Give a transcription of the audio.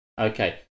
Okay